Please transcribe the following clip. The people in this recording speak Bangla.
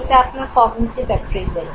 এটা আপনার কগ্নিটিভ অ্যাপ্রেইজাল